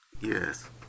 Yes